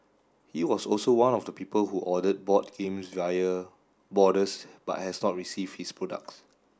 he was also one of the people who ordered board games via boarders but has not received his products